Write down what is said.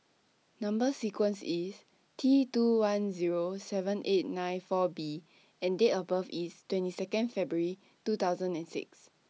Number sequence IS T two one seven eight nine four B and Date of birth IS twenty Second February two thousand and six